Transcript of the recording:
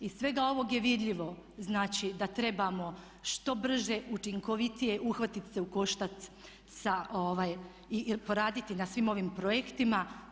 Iz svega ovog je vidljivo znači da trebamo što brže, učinkovitije uhvatiti se u koštac i poraditi na svim ovim projektima.